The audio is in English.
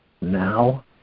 now